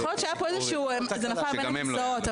יכול להיות שזה נפל בין הכיסאות,